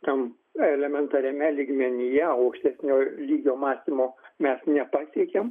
tam elementariame lygmenyje o aukštesnio lygio mąstymo mes nepasiekiam